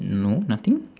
no nothing